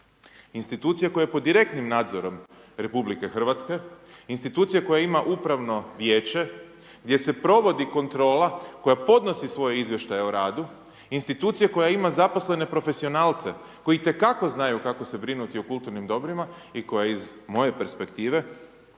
Institucije koja je pod direktnim nadzorom RH, institucije koja ima upravno vijeće gdje se provodi kontrola koja podnosi svoje izvještaje o radu, institucije koja ima zaposlene profesionalce koji itekako znaju kako se brinuti o kulturnim dobrima i koja iz moje perspektive,